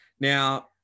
now